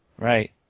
Right